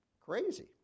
crazy